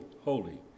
holy